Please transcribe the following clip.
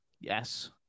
Yes